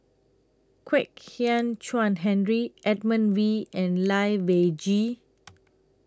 Kwek Hian Chuan Henry Edmund Wee and Lai Weijie